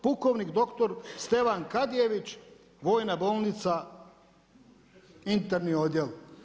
Pukovnik doktor Stevan Kadijević, Vojna bolnica interni odjel“